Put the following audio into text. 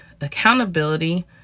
accountability